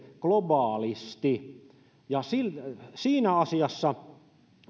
globaalisti siinä asiassa